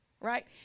right